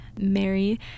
mary